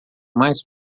mais